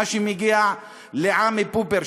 מה שמגיע לעמי פופר,